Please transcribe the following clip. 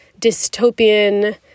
dystopian